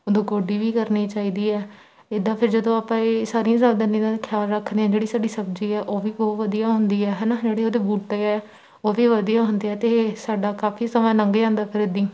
ਉਦੋਂ ਗੋਡੀ ਵੀ ਕਰਨੀ ਚਾਹੀਦੀ ਹੈ ਇੱਦਾਂ ਫਿਰ ਜਦੋਂ ਆਪਾਂ ਇਹ ਸਾਰੀਆਂ ਸਾਵਧਾਨੀਆਂ ਦਾ ਖਿਆਲ ਰੱਖਦੇ ਹਾਂ ਜਿਹੜੀ ਸਾਡੀ ਸਬਜ਼ੀ ਹੈ ਉਹ ਵੀ ਬਹੁਤ ਵਧੀਆ ਹੁੰਦੀ ਹੈ ਹੈ ਨਾ ਜਿਹੜੇ ਉਹਦੇ ਬੂਟੇ ਹੈ ਉਹ ਵੀ ਵਧੀਆ ਹੁੰਦੇ ਹੈ ਅਤੇ ਸਾਡਾ ਕਾਫੀ ਸਮਾਂ ਲੰਘ ਜਾਂਦਾ ਫਿਰ ਇੱਦੀਂ